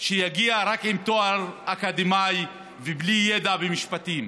שיגיע רק עם תואר אקדמאי ובלי ידע במשפטים,